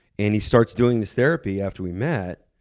and he starts doing this therapy after we met,